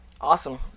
Awesome